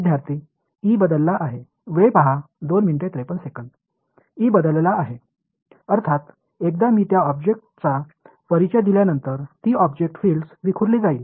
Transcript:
विद्यार्थी ई बदलला आहे ई बदलला आहे अर्थात एकदा मी त्या ऑब्जेक्टचा परिचय दिल्यानंतर ती ऑब्जेक्ट फील्ड्स विखुरली जाईल